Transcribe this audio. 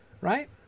Right